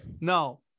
no